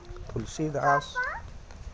Tulsidas